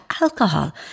alcohol